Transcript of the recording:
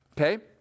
Okay